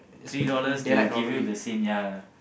three dollars they will give you the same ya